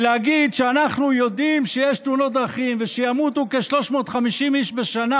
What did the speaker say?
להגיד שאנחנו יודעים שיש תאונות דרכים ושימותו כ-350 איש בשנה